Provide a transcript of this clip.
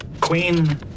queen